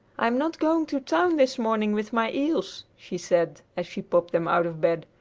i'm not going to town this morning with my eels, she said as she popped them out of bed.